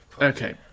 Okay